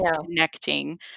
connecting